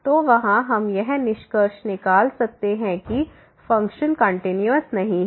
तो वहाँ हम यह निष्कर्ष निकाल सकते हैं कि फंक्शन कंटीन्यूअस नहीं है